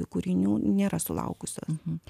kūrinių nėra sulaukusios